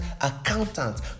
accountant